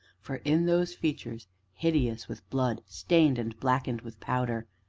for, in those features hideous with blood, stained and blackened with powder,